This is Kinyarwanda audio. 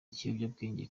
ikiyobyabwenge